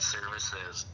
Services